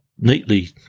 neatly